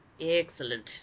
Excellent